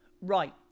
Right